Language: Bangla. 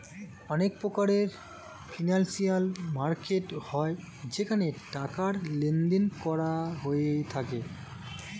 অনেক প্রকারের ফিনান্সিয়াল মার্কেট হয় যেখানে টাকার লেনদেন করা হয়ে থাকে